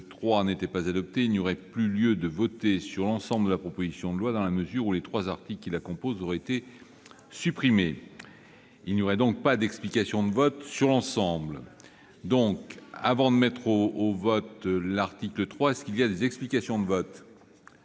si celui-ci n'était pas adopté, il n'y aurait plus lieu de voter sur l'ensemble de la proposition de loi, dans la mesure où les trois articles qui la composent auraient été supprimés. Il n'y aurait donc pas d'explication de vote sur l'ensemble. La parole est à Mme Éliane Assassi, pour explication de vote.